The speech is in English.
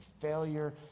failure